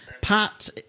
Pat